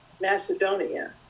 Macedonia